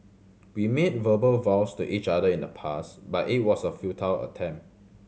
we made verbal vows to each other in the past but it was a futile attempt